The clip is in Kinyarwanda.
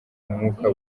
umwuka